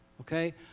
Okay